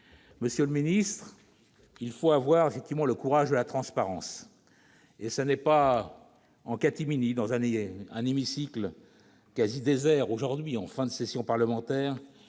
Monsieur le ministre, il faut avoir le courage de la transparence ! Ce n'est pas en catimini, dans un hémicycle quasi désert, en fin de session parlementaire,